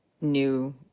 new